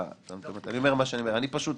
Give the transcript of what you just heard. אני חוזר ואומר שבסוף אני מנסה